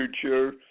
future